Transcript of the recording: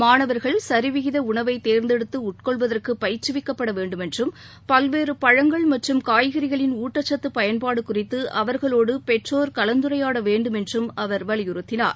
மாணவர்கள் சரிவிகித உணவை தேர்ந்தெடுத்து உட்கொள்வதற்கு பயிற்றுவிக்கப்பட வேண்டுமென்றும் பல்வேறு பழங்கள் மற்றும் காய்கறிகளின் ஊட்டச்சத்து பயன்பாடு குறித்து அவர்களோடு பெற்றோர் கலந்துரையாட வேண்டுமென்றும் அவர் வலியுறுத்தினார்